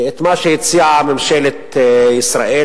את מה שהציעה ממשלת ישראל,